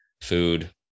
food